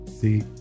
see